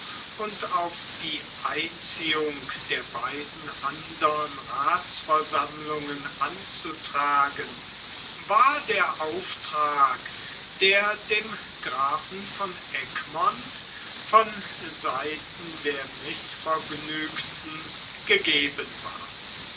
und auf die einziehung der beiden andern rathsversammlungen anzutragen war der auftrag der dem grafen von egmont von seiten der mißvergnügten gegeben war